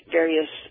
various